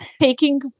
taking